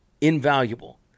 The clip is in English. invaluable